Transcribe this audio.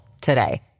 today